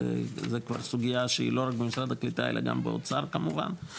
זו כבר סוגיה שהיא לא רק במשרד הקליטה אלא גם באוצר כמובן,